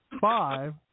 five